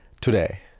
today